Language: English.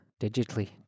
digitally